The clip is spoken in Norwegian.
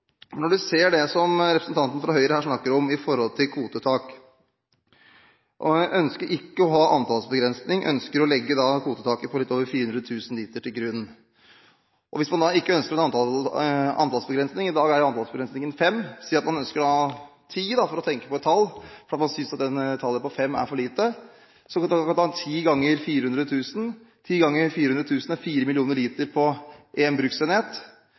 Representanten fra Høyre snakker om kvotetak og ønsker ikke å ha antallsbegrensninger. Han ønsker å legge til grunn et kvotetak på litt over 400 000 liter. I dag er antallsbegrensningen fem medlemmer. La oss si at man ønsker ti medlemmer – for å tenke på et tall – fordi man synes at et antall på fem er for lite. Så kan man ta ti ganger 400 000 liter. Ti ganger 400 000 liter er 4 millioner liter på én bruksenhet,